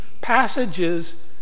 passages